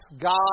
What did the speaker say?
God